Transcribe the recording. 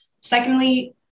secondly